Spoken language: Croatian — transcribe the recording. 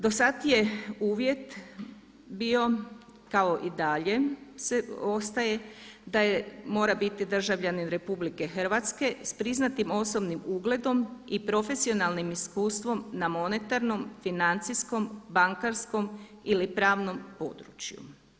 Dosad je uvjet bio kao i dalje ostaje da mora biti državljanin RH s priznatim osobnim ugledom i profesionalnim iskustvom na monetarnom, financijskom, bankarskom ili pravom području.